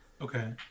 okay